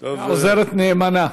עוזרת נאמנה.